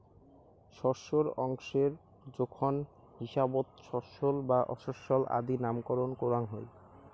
শস্যর অংশের জোখন হিসাবত শস্যল বা অশস্যল আদি নামকরণ করাং হই